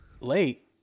Late